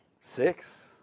six